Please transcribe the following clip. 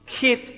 keep